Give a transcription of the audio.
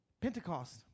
Pentecost